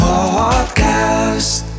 Podcast